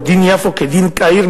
"דין יפו כדין קהיר".